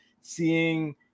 Seeing